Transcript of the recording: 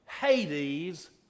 Hades